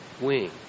wing